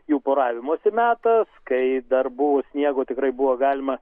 jų poravimosi metas kai dar buvo sniego tikrai buvo galima